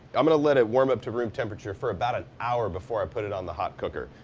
i'm gonna let it warm up to room temperature for about an hour before i put it on the hot cooker.